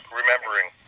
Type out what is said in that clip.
remembering